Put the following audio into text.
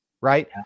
right